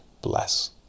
bless